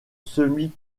semi